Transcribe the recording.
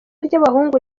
ry’abahungu